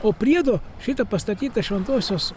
o priedo šitą pastatytą šventosios